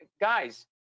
Guys